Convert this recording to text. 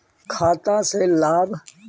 खाता से लाभ?